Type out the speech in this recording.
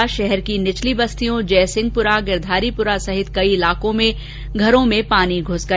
जिसके कारण शहर की निचली बस्तियों जयसिंहपुरा गिरधारीपुरा सहित कई इलाकों में लोगों के घरों में पानी घुस गया